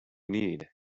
need